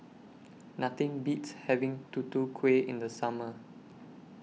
Nothing Beats having Tutu Kueh in The Summer